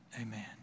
Amen